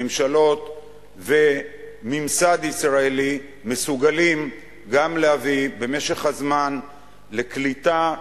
הממשלות והממסד ישראלי מסוגלים גם להביא במשך הזמן לקליטה,